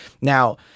Now